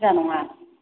बुरजा नङा